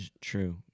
true